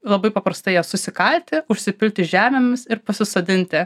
labai paprastai jas susikalti užsipilti žemėmis ir pasisodinti